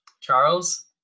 charles